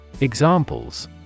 Examples